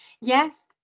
yes